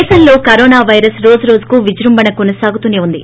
దేశంలో corona virus రోజురోజుకూ విజృంభణ కొనసాగుతూనే ఉంది